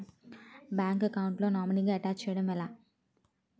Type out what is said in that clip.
Bank account లో నామినీగా attach చేయడం ఎలా?